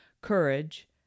courage